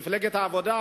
מפלגת העבודה,